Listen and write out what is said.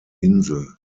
insel